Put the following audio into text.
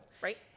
Right